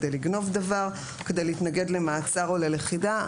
כדי לגנוב דבר או כדי להתנגד למעצר או ללכידה,